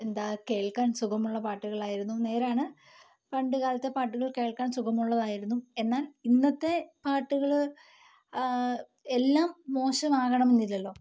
എന്താ കേൾക്കാൻ സുഖമുള്ള പാട്ടുകളായിരുന്നു നേരാണ് പണ്ടുകാലത്തെ പാട്ടുകൾ കേൾക്കാൻ സുഖമുള്ളതായിരുന്നു എന്നാൽ ഇന്നത്തെ പാട്ടുകൾ എല്ലാം മോശമാകാണമെന്നില്ലല്ലോ